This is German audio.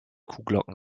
kuhglocken